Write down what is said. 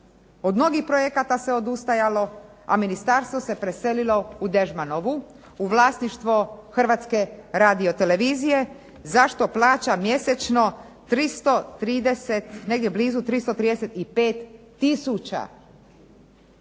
od mnogih projekata se odustajalo a ministarstvo se preselilo u Dežmanovu u vlasništvo Hrvatske radio-televizije za što plaća mjesečno negdje